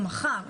הוא מכר.